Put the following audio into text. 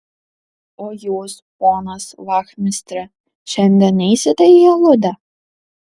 o jūs ponas vachmistre šiandien neisite į aludę